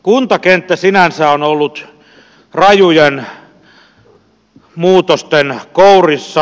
kuntakenttä sinänsä on ollut rajujen muutosten kourissa